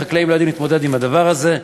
והחקלאים לא יודעים להתמודד עם הדבר הזה.